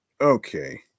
Okay